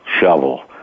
shovel